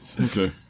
Okay